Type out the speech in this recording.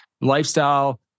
lifestyle